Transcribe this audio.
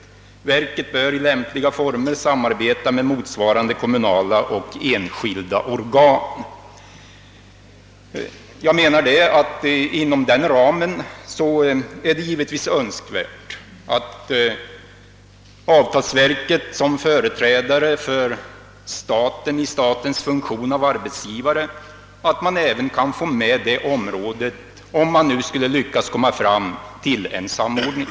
Verket bör i lämpliga former samarbeta med motsvarande kommunala och enskilda organ.» Inom denna ram är det givetvis önskvärt att även avtalsverket som företrädare för staten i dess funktion som arbetsgivare kan komma med, om man skulle lyckas nå fram till en samordning.